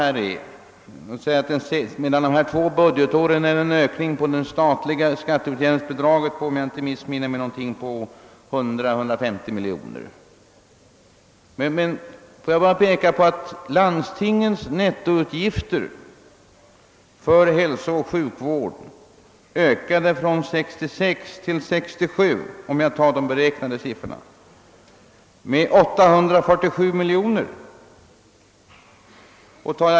Mellan 1966 68 var ökningen i fråga om det statliga :skatteutjämningsbidraget, om jag inte missminner mig, 100 å 150 miljoner kronor: Låt mig emellertid framhålla att landstingens nettoutgifter för hälsooch sjukvård från år 1966 till år 1967 — om jag tar de beräknade siffrorna — ökade med 847 miljoner kronor.